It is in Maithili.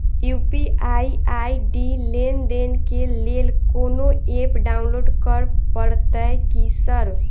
यु.पी.आई आई.डी लेनदेन केँ लेल कोनो ऐप डाउनलोड करऽ पड़तय की सर?